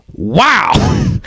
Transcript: wow